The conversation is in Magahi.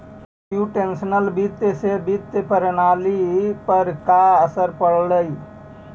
कंप्युटेशनल वित्त से वित्तीय प्रणाली पर का असर पड़लइ